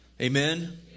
Amen